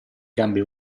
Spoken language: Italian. gambe